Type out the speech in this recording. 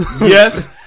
Yes